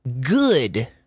good